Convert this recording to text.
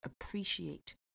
appreciate